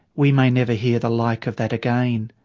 we may never hear the like of that again.